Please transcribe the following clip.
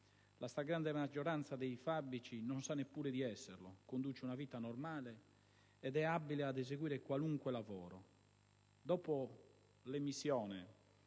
La stragrande maggioranza dei fabici non sa nemmeno di esserlo: conduce una vita normale ed è abile ad eseguire qualunque lavoro. Dopo l'emissione